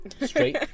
straight